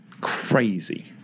crazy